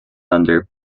under